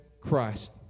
Christ